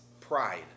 pride